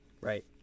Right